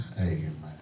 amen